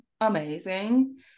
amazing